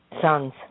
Sons